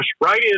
right